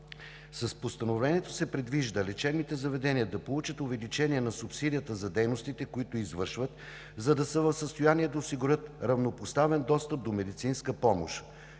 С Постановлението се предвижда лечебните заведения да получат увеличение на субсидията за дейностите, които извършват, за да са в състояние да осигурят равнопоставен достъп до медицинска помощ.